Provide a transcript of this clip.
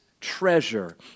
treasure